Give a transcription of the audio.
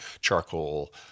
charcoal